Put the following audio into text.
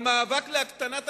זה המאבק, חברת הכנסת